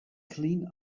clean